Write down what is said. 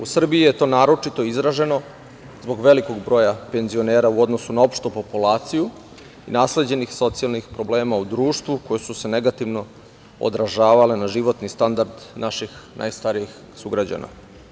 U Srbiji je to naročito izraženo zbog velikog broja penzioner u odnosu na opštu populaciju i nasleđenih socijalnih problema u društvu koji su se negativno odražavale na životni standard naših najstarijih građana.